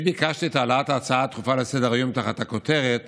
אני ביקשתי את העלאת ההצעה הדחופה לסדר-היום תחת הכותרת